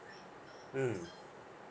mm